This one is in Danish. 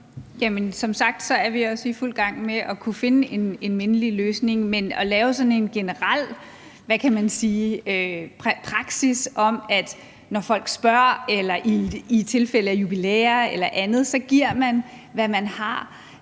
vi også i fuld gang med at finde en mindelig løsning, men at indføre en generel praksis, hvor man, når folk spørger eller i tilfælde af jubilæer, så giver, hvad man har,